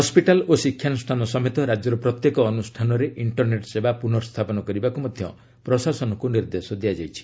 hospital ଓ ଶିକ୍ଷାନୁଷାନ ସମେତ ରାଜ୍ୟର ପ୍ରତ୍ୟେକ ଅନୁଷ୍ଠାନରେ ଇଷ୍ଟର୍ନେଟ୍ ସେବା ପୁନଃ ସ୍ଥାପନ କରିବାକୁ ମଧ୍ୟ ପ୍ରଶାସନକୁ ନିର୍ଦ୍ଦେଶ ଦିଆଯାଇଛି